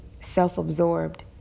self-absorbed